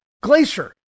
Glacier